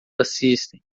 assistem